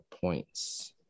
points